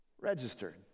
Registered